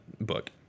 book